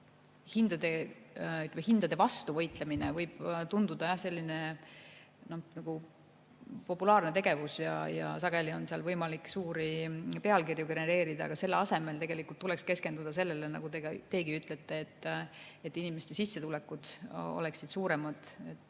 hindade vastu võitlemine võib tunduda selline populaarne tegevus ja sageli on selle põhjal võimalik suuri pealkirju genereerida, aga selle asemel tuleks keskenduda sellele, nagu teiegi ütlete, et inimeste sissetulekud oleksid suuremad.